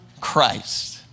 Christ